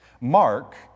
Mark